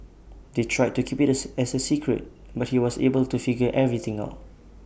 they tried to keep IT as A secret but he was able to figure everything out